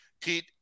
Pete